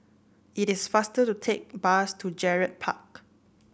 it is faster to take bus to Gerald Park